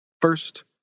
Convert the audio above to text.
First